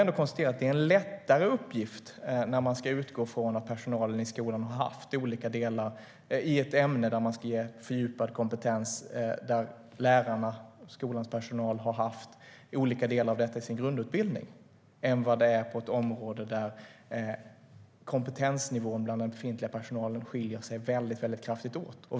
Det ska ges en mer fördjupad kompetens än vad lärarna har haft i sin grundutbildning och där kompetensnivån bland den befintliga personalen skiljer sig väldigt mycket åt.